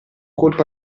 colpo